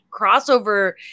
crossover